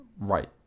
Right